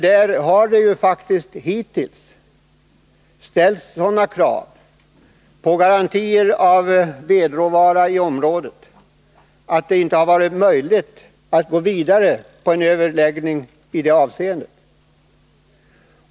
Det har emellertid hittills ställts sådana krav när det gäller vedråvara i området att det inte har varit möjligt att fortsätta överläggningarna.